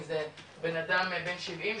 אם זה בן אדם 70,